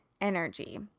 energy